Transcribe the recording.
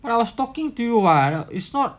and I was talking to you [what] it's not